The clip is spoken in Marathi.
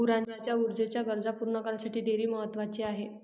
गुरांच्या ऊर्जेच्या गरजा पूर्ण करण्यासाठी डेअरी महत्वाची आहे